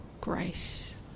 grace